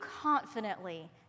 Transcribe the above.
confidently